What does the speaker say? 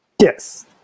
Yes